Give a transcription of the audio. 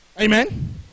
Amen